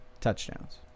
Touchdowns